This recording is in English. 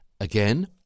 Again